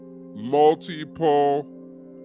multiple